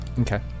Okay